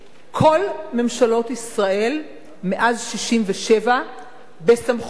כל ממשלות ישראל מאז 1967 בסמכות וברשות,